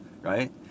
right